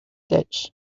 ditch